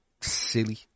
silly